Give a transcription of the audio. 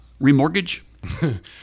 Remortgage